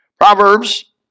Proverbs